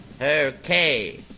Okay